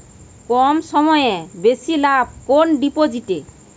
কম সময়ে বেশি লাভ কোন ডিপোজিটে?